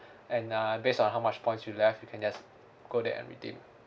and uh based on how much points you left you can just go there and redeem